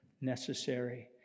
necessary